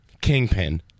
kingpin